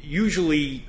usually